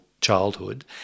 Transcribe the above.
childhood